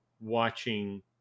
watching